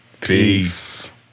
peace